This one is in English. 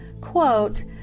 quote